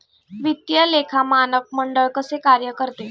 वित्तीय लेखा मानक मंडळ कसे कार्य करते?